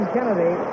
Kennedy